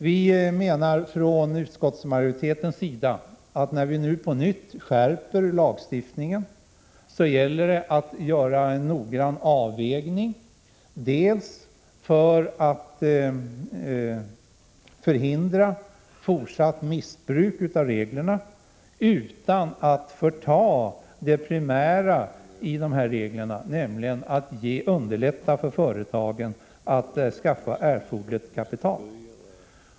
Vi menar från utskottsmajoritetens sida att när vi nu på nytt skärper lagstiftningen så gäller det att göra en noggrann avvägning för att förhindra fortsatt missbruk av reglerna, utan att förta det primära i de här reglerna, nämligen att underlätta för företagen att skaffa erforderligt kapital.